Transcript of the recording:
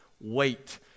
wait